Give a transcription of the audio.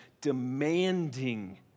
demanding